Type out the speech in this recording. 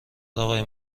آقای